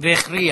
והכריע.